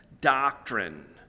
doctrine